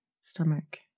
Stomach